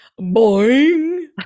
boing